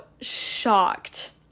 shocked